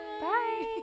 Bye